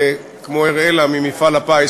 כמו אראלה ממפעל הפיס,